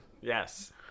Yes